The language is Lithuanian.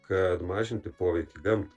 kad mažinti poveikį gamtai